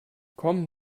komm